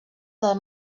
del